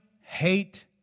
hate